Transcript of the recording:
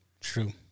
True